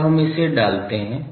अब हम इसे डालते हैं